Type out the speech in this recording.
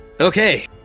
Okay